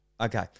Okay